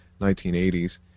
1980s